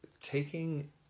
taking